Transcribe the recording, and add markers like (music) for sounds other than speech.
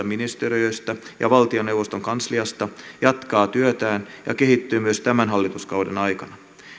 (unintelligible) ministeriöistä ja valtioneuvoston kansliasta jatkaa työtään ja kehittyy myös tämän hallituskauden aikana